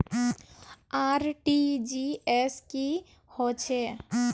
RTGS की होचए?